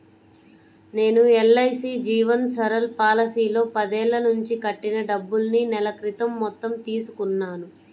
నేను ఎల్.ఐ.సీ జీవన్ సరల్ పాలసీలో పదేళ్ళ నుంచి కట్టిన డబ్బుల్ని నెల క్రితం మొత్తం తీసుకున్నాను